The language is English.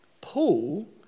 Paul